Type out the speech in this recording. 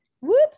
Whoop